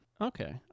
Okay